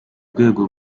rwego